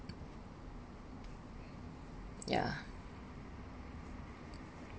ya